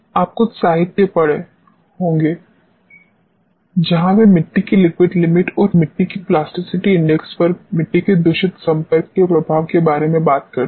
आप कुछ साहित्य पढ़े होंगे जहां वे मिट्टी की लिक्विड लिमिट और मिट्टी की प्लास्टिसिटी इंडेक्स पर मिट्टी के दूषित संपर्क के प्रभाव के बारे में बात करते हैं